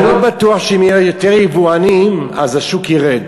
אני לא בטוח שאם יהיו יותר יבואנים השוק ירד.